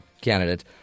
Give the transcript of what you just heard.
candidate